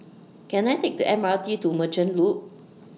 Can I Take The M R T to Merchant Loop